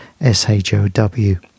S-H-O-W